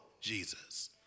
Jesus